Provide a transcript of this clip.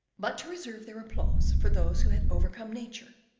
but to reserve their applause for those who had overcome nature,